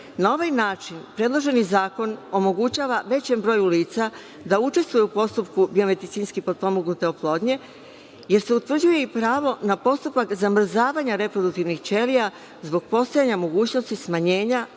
ovaj način predloženi zakon omogućava većem broju lica da učestvuje u postupku biomedicinski potpomognute oplodnje, jer se utvrđuje i pravo na postupak zamrzavanja reproduktivnih ćelija zbog postojanja mogućnosti smanjenja